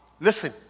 Listen